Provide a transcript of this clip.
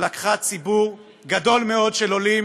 לקחו ציבור גדול מאוד של עולים